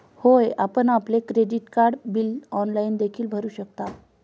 होय, आपण आपले क्रेडिट कार्ड बिल ऑनलाइन देखील भरू शकता